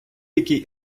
який